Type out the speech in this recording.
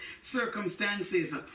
circumstances